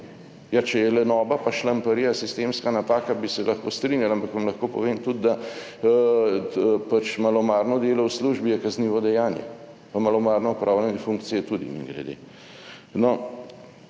Ja, če je lenoba pa šlamparija sistemska napaka, bi se lahko strinjali? Ampak vam lahko povem tudi, da pač malomarno delo v službi je kaznivo dejanje, pa malomarno opravljanje funkcije tudi mimogrede.